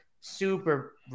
super